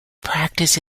practice